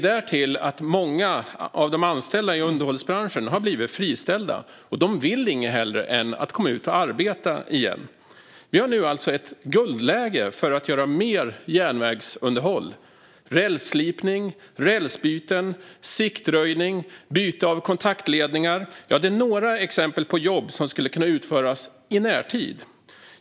Därtill har många av de anställda i underhållsbranschen blivit friställda och vill inget hellre än att komma ut och arbeta igen. Vi har nu alltså ett guldläge för att göra mer järnvägsunderhåll. Rälsslipning, rälsbyten, siktröjning och byte av kontaktledningar är några exempel på jobb som skulle kunna utföras i närtid.